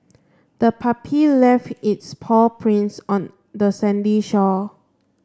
the puppy left its paw prints on the sandy shore